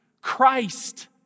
Christ